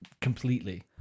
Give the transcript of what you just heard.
Completely